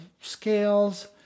scales